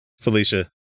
felicia